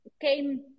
came